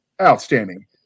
outstanding